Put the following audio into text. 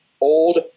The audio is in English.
old